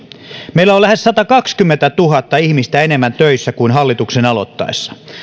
meillä on lähes satakaksikymmentätuhatta ihmistä enemmän töissä kuin hallituksen aloittaessa